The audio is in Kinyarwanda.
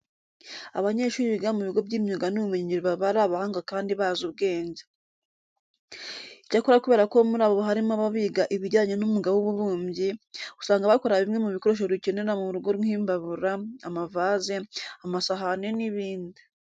Abanyeshuri biga mu bigo by'imyuga n'ubumenyingiro baba ari abahanga kandi bazi ubwenge. Icyakora kubera ko muri bo harimo ababa biga ibijyanye n'umwuga w'ububumbyi, usanga bakora bimwe mu bikoresho dukenera mu rugo nk'imbabura, amavaze, amasahane n'ibindi.